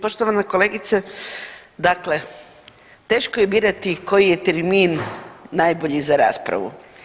Poštovana kolegice, dakle teško je birati koji je termin najbolji za raspravu.